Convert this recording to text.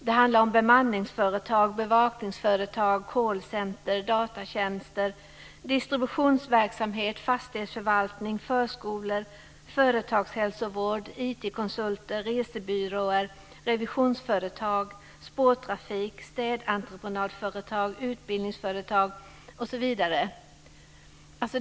Det handlar om bemanningsföretag, bevakningsföretag, teletjänstcentraler, datatjänster, distributionsverksamhet, fastighetsförvaltning, förskolor, företagshälsovård, IT konsulter, resebyråer, revisionsföretag, spårtrafik, städentreprenadföretag, utbildningsföretag osv.